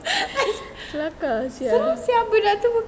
seram sia budak tu